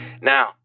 Now